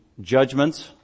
judgments